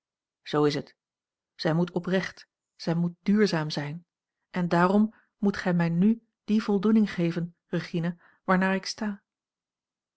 zoo is het zij moet oprecht zij moet duurzaam zijn en daarom moet gij mij n die voldoening geven regina waarnaar ik sta